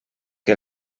que